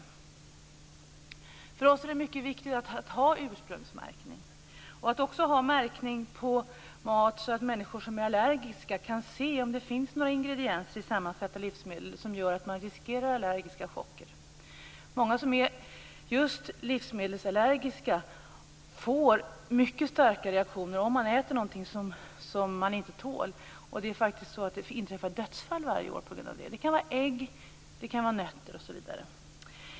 För oss i Miljöpartiet är det mycket viktigt med ursprungsmärkning och att ha märkning på mat så att människor som är allergiska kan se om det finns några ingredienser i sammansatta livsmedel som gör att de riskerar allergiska chocker. Många som är just livsmedelsallergiska får mycket starka reaktioner om de äter någonting som de inte tål. Det inträffar faktiskt dödsfall varje år just av den orsaken. Det kan vara fråga om ägg, nötter osv.